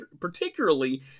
particularly